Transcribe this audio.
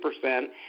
percent